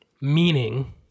meaning